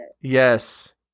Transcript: yes